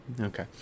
okay